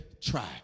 try